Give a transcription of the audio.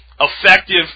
effective